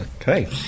Okay